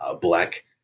black